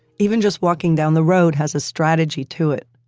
even just walking down the road has a strategy to it.